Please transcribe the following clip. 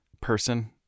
person